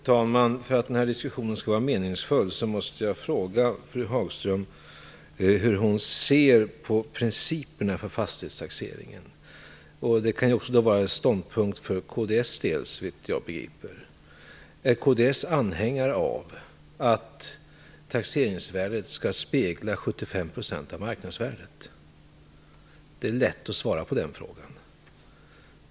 Fru talman! För att den här diskussionen skall vara meningsfull måste jag fråga fru Hagström hur hon ser på principerna för fastighetstaxeringen. Det kan också vara en ståndpunkt för kds del, såvitt jag begriper. Den första frågan är: Är kds anhängare av att taxeringsvärdet skall spegla 75 % av marknadsvärdet? Det är lätt att svara på den frågan.